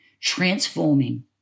transforming